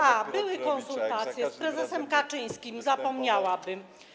A, były konsultacje z prezesem Kaczyńskim, zapomniałabym.